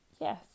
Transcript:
Yes